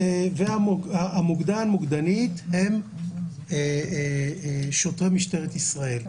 המוקדן/ית הם שוטרי משטרת ישראל.